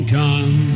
time